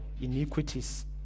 iniquities